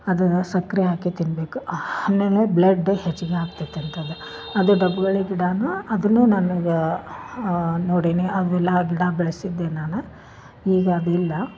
ಅದು ಸಕ್ಕರೆ ಹಾಕಿ ತಿನ್ಬೇಕು ಆಮೇಲೆ ಬ್ಲಡ್ ಹೆಚ್ಗಿ ಆಕ್ತೈತಂತ ಅದು ಅದು ಡಬ್ಗೋಳಿ ಗಿಡನು ಅದನ್ನು ನಾನು ಈಗ ನೋಡೀನಿ ಆಮೇಲೆ ಆ ಗಿಡ ಬೆಳೆಸಿದ್ದೆ ನಾನು ಈಗ ಅದು ಇಲ್ಲ